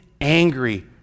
angry